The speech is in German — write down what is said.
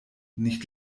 nicht